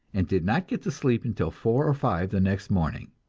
and did not get to sleep until four or five the next morning.